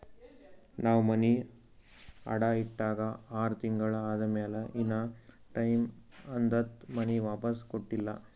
ನಾವ್ ಮನಿ ಅಡಾ ಇಟ್ಟಾಗ ಆರ್ ತಿಂಗುಳ ಆದಮ್ಯಾಲ ಇನಾ ಟೈಮ್ ಅದಂತ್ ಮನಿ ವಾಪಿಸ್ ಕೊಟ್ಟಿಲ್ಲ